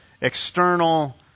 external